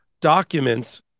documents